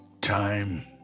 time